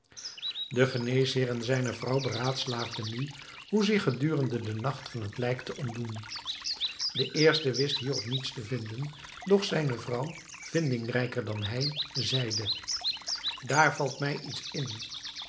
de geneesheer en zijne vrouw beraadslaagden nu hoe zich gedurende den nacht van het lijk te ontdoen de eerste wist hierop niets te vinden doch zijne vrouw vindingrijker dan hij zeide daar valt mij iets in